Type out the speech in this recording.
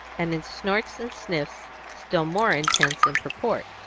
and in snorts and sniffs still more intense in purport.